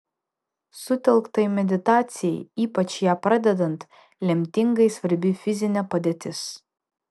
sutelktai meditacijai ypač ją pradedant lemtingai svarbi fizinė padėtis